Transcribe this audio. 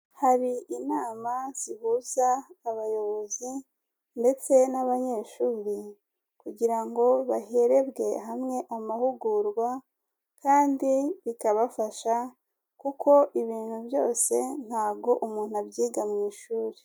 Hari inama zihuza abayobozi ndetse n'abanyeshuri kugira ngo baherebwe hamwe amahugurwa kandi bikabafasha kuko ibintu byose ntabwo umuntu abyiga mu ishuri.